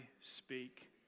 speak